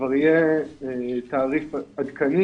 כבר יהיה תעריף עדכני,